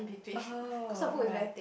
oh right